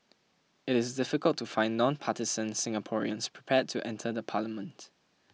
it is difficult to find non partisan Singaporeans prepared to enter the parliament